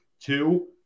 two